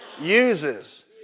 uses